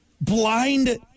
blind